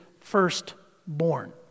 firstborn